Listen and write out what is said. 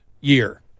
year